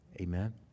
Amen